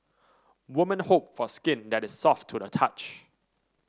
woman hope for skin that is soft to the touch